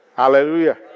Hallelujah